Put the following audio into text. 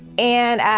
and.